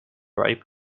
ripe